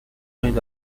کنید